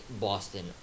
Boston